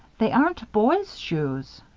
they aren't boys' shoes.